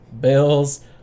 Bills